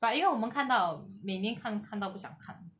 but 因为我们看到每年看看到不想看